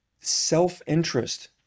Self-interest